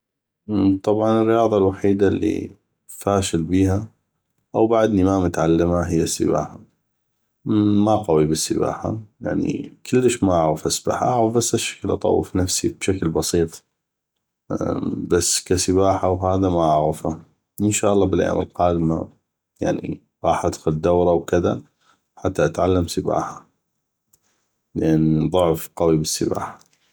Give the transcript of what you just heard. طبعا الرياضه الوحيده اللي فاشل بيها أو بعدني ما متعلمه هيه السباحه ما قوي بالسباحه كلش معغف اسبح اعغف بس هشكل اطوف نفسي بشكل بسيط بس كسباحه والله ما اعغفه ان شاء الله ب الايام القادمة يعني غاح ادخل دوره وكذا حته اتعلم سباحه يعني ضعف قوي بالسباحه